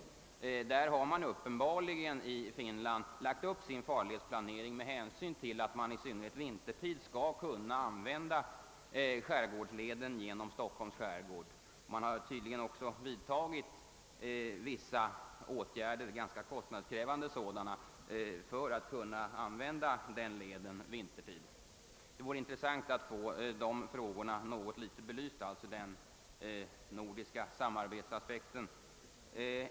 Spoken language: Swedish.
Finländarna har uppenbarligen lagt upp sin farledsplanering och vidtagit vissa ganska kostnadskrävande åtgärder för att leden genom Stockholms skärgård skall kunna användas vintertid. Det vore intressant att få den nordiska samarbetsaspekten något litet belyst.